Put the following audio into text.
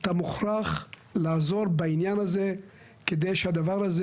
אתה מוכרח לעזור בעניין הזה כדי שהדבר הזה